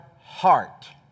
heart